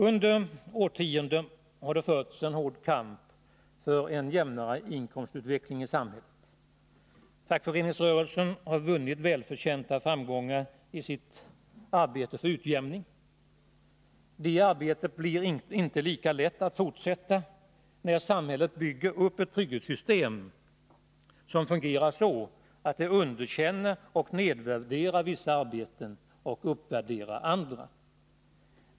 Under årtionden har en hård kamp förts för en jämnare inkomstutveckling i samhället. Fackföreningsrörelsen har vunnit välförtjänta framgångar i sitt arbete för denna utjämning. Det arbetet blir inte lika lätt att fortsätta när samhället bygger upp ett trygghetssystem som fungerar så, att det underkänner och nedvärderar vissa arbeten och uppvärderar andra.